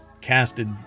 casted